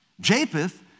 Japheth